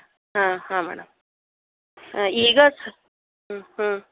ಹಾಂ ಹಾಂ ಮೇಡಮ್ ಈಗ ಸ್ ಹ್ಞೂ ಹ್ಞೂ